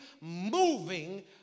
moving